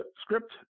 script